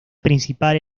principal